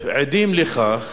עדים לכך